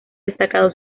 destacado